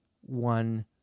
one